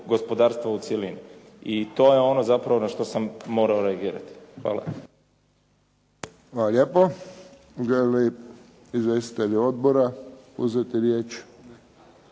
gospodarstva u cjelini. I to je ono zapravo na što sam morao reagirati. Hvala. **Friščić, Josip (HSS)** Hvala lijepo. Žele li izvjestitelji odbora uzeti riječ?